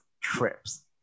trips